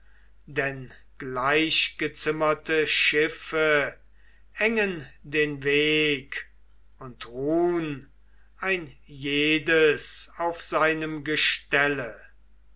denn gleichgezimmerte schiffe engen den weg und ruhn ein jedes auf seinem gestelle